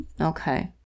Okay